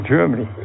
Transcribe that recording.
Germany